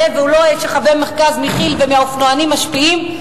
והוא לא אוהב שחברי מרכז מכי"ל ומהאופנוענים משפיעים.